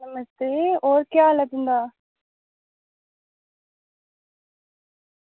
नमस्ते होर केह् हाल ऐ तुं'दा